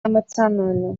эмоционально